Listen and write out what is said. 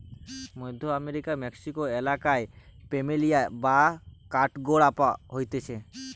মধ্য আমেরিকার মেক্সিকো এলাকায় প্ল্যামেরিয়া বা কাঠগোলাপ পাইতিছে